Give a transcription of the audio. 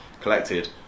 collected